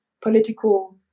political